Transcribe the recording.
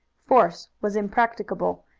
force was impracticable,